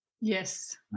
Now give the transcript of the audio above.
yes